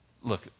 look